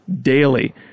Daily